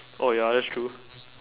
oh ya that's true